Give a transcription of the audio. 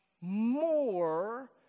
more